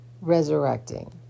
resurrecting